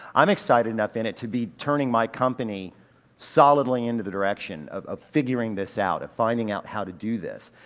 i'm excited enough in it to be turning my company solidly into the direction of of figuring this out of finding out how to do this.